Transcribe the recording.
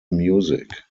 music